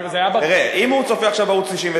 זה היה, תראה, אם הוא צופה עכשיו בערוץ-99,